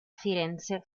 firenze